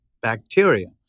bacteria